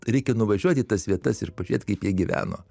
reikia nuvažiuoti į tas vietas ir pažiūrėt kaip jie gyveno